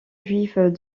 juive